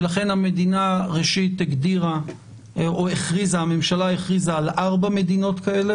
ולכן המדינה הכריזה על ארבע מדינות כאלה,